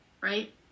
right